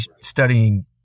studying